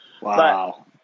Wow